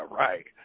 right